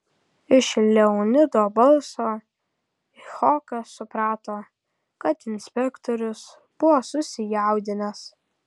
iš leonido balso icchokas suprato kad inspektorius buvo susijaudinęs